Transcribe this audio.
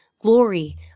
glory